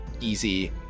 easy